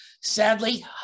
Sadly